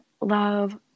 love